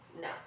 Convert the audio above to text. No